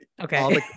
Okay